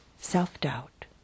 self-doubt